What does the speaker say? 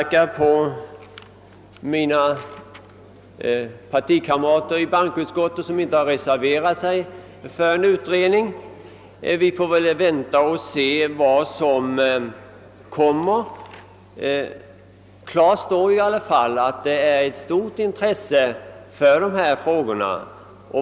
Jag skall inte kritisera mina partikamrater i bankoutskottet som inte reserverade sig för en utredning; vi får väl vänta och se vad som händer. Klart står i alla fall att det råder ett stort intresse för dessa frågor.